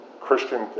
Christian